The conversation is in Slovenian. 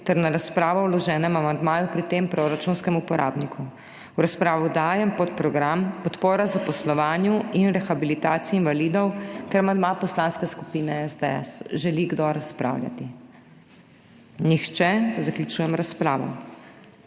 ter na razpravo o vloženem amandmaju pri tem proračunskem uporabniku. V razpravo dajem podprogram Podpora zaposlovanju in rehabilitaciji invalidov ter amandma Poslanske skupine SDS. Želi kdo razpravljati? Nihče. Zaključujem razpravo.